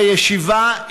בישיבה,